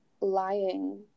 lying